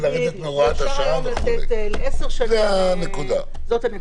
זאת הנקודה.